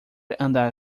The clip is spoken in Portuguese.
andar